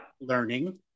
learning